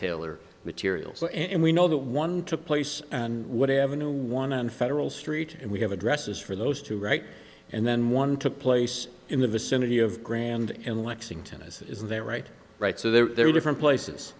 taylor materials and we know that one took place and whatever no one on federal street and we have addresses for those two right and then one took place in the vicinity of grand in lexington as is their right right so there are different places